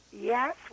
Yes